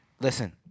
Listen